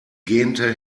gähnte